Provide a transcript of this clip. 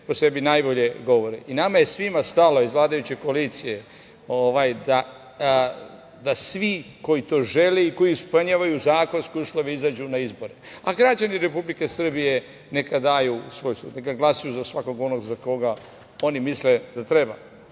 po sebi najbolje govore. Nama je svima stalo iz vladajuće koalicije da svi koji to žele i koji ispunjavaju zakonske uslove izađu na izbore, a građani Republike Srbije neka daju svoj sud. Neka glasaju za svakog onog za koga oni misle da treba.